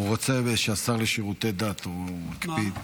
הוא רוצה שהשר לשירותי דת, הוא מקפיד.